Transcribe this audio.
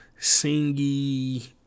singy